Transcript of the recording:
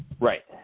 right